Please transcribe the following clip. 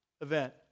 event